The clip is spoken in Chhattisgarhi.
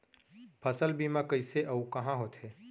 फसल बीमा कइसे अऊ कहाँ होथे?